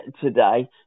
today